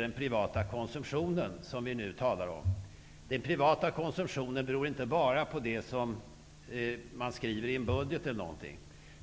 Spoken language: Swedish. Den privata konsumtionen, som det nu talas om, beror inte bara på det som man skriver i en budget.